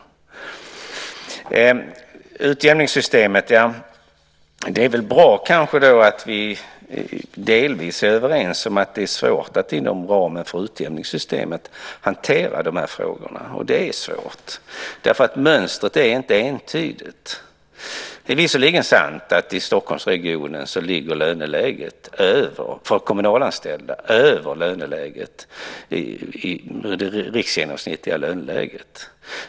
När det gäller utjämningssystemet är det väl bra att vi delvis är överens om att det är svårt att inom ramen för utjämningssystemet hantera de här frågorna. Det är svårt, eftersom mönstret inte är entydigt. Det är visserligen sant att löneläget för kommunalanställda i Stockholmsregionen ligger över det riksgenomsnittliga löneläget.